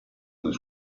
nei